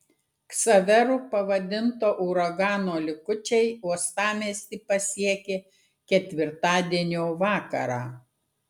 ksaveru pavadinto uragano likučiai uostamiestį pasiekė ketvirtadienio vakarą